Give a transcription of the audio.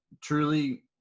truly